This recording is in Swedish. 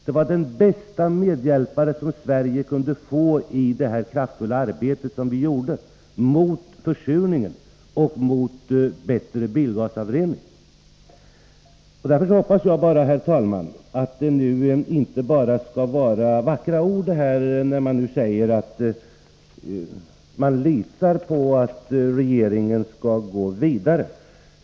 Det var den bästa medhjälpare Sverige kunde få i det kraftfulla arbetet mot försurningen och för bättre bilavgasrening. Därför hoppas jag bara, herr talman, att det inte enbart skall vara vackra ord när utskottet säger att man litar på att regeringen skall gå vidare.